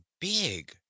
big